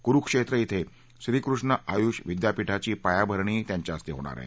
कुरुक्षेत्र क्रिं श्रीकृष्ण आयुष विद्यापिठाची पायाभरणीही त्यांच्या हस्ते होणार आहे